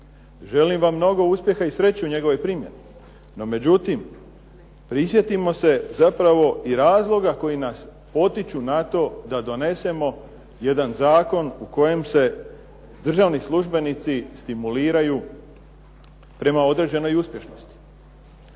Želim vam mnogo uspjeha i sreće u njegovoj primjeni. No međutim, prisjetimo se zapravo i razloga koji nas potiču na to da donesemo jedan zakon u kojem se državni službenici stimuliraju prema određenoj uspješnosti.